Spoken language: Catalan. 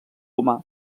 humà